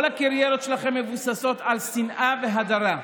כל הקריירות שלכם מבוססות על שנאה והדרה,